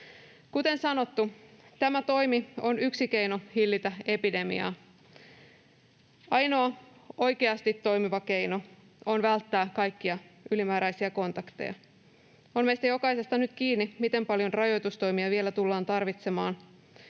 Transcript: Kuten sanottu, tämä toimi on yksi keino hillitä epidemiaa. Ainoa oikeasti toimiva keino on välttää kaikkia ylimääräisiä kontakteja. On meistä jokaisesta nyt kiinni, miten paljon rajoitustoimia vielä tullaan tarvitsemaan.